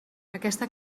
aquesta